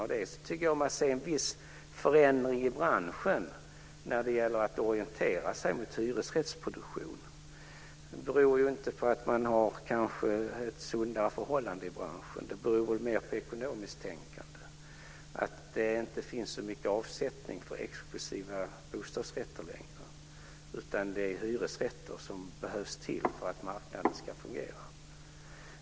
Jag tycker mig se en viss förändring i branschen när det gäller att orientera sig mot hyresrättsproduktion. Det beror kanske inte på att man har ett sundare förhållande i branschen, det beror mer på ekonomiskt tänkande, att det inte finns så mycket avsättning för exklusiva bostadsrätter längre, utan det är hyresrätter som behövs för att marknaden ska fungera.